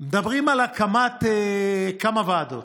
מדברים על הקמת כמה ועדות.